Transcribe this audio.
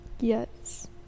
Yes